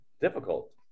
difficult